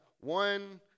one